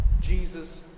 Jesus